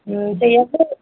ம் சரி எவ்வளவு